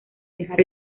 dejar